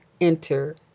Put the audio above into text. enter